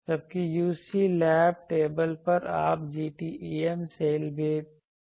जबकि UC lab table पर आप GTEM सेल भी कर सकते हैं